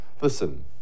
listen